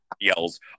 yells